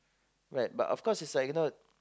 wait but of course is like